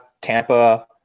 Tampa